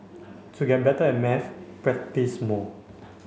to get better at maths practise more